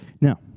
Now